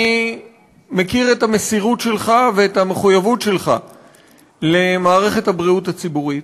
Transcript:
אני מכיר את המסירות שלך ואת המחויבות שלך למערכת הבריאות הציבורית,